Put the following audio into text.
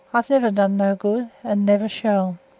i've never done no good and never shall.